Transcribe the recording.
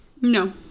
No